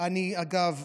אגב,